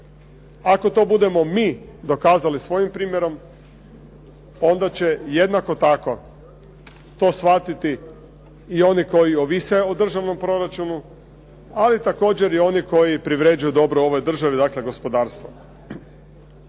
Ako to budemo mi dokazali svojim primjerom, onda će jednako tako to shvatiti i oni koji ovise o državnom proračunu, ali također i oni koji privređuju dobro ovoj državi dakle gospodarstvo.